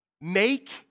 Make